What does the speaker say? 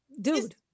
dude